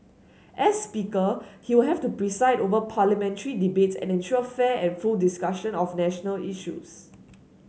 as Speaker he will have to preside over Parliamentary debates and ensure fair and full discussion of national issues